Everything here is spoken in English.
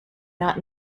not